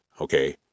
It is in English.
okay